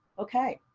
okay.